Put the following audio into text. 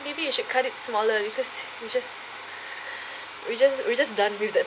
maybe you should cut it smaller because we just we just we just done with